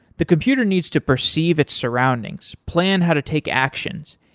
the computer needs to perceive its surroundings, plan how to take actions,